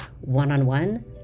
one-on-one